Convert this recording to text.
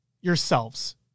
yourselves